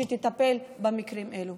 שתטפל במקרים האלה.